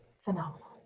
Phenomenal